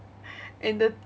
and the